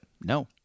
No